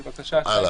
להתייחס.